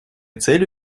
целью